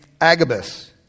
Agabus